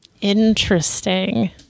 Interesting